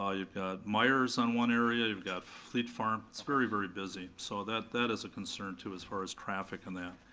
ah you've got myers on one area, you've got fleet farm. it's very very busy. so that that is a concern too, as far as traffic and that.